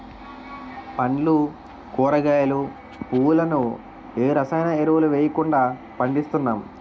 పండ్లు కూరగాయలు, పువ్వులను ఏ రసాయన ఎరువులు వెయ్యకుండా పండిస్తున్నాం